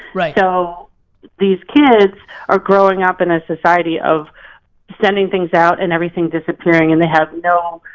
right. so these kids are growing up in a society of sending things out and everything disappearing and they have no